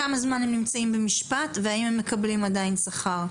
כמה זמן הם נמצאים במשפט והאם הם מקבלים עדיין שכר.